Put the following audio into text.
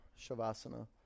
Shavasana